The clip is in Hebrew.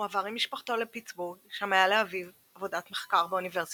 הוא עבר עם משפחתו לפיטסבורג שם היה לאביו עבודת מחקר באוניברסיטה,